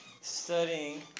studying